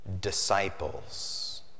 disciples